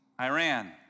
Iran